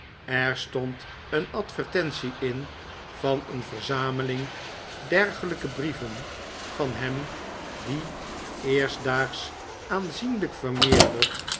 er stond een advertentie in van een verzameling dergelijke brjeven van hem die eerstdaags aanzienlijk vermeerderd